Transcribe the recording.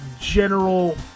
general